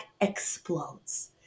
explodes